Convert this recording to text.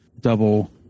Double